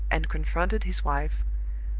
and confronted his wife,